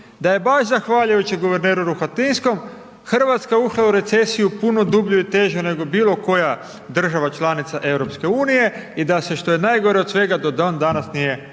da je baš zahvaljujući guverneru Rohatinskom Hrvatska ušla u recesiju puno dublju i težu nego bilo koja država članica EU i da se što je najgore od svega do dan danas nije